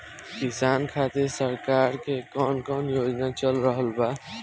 किसान खातिर सरकार क कवन कवन योजना चल रहल बा?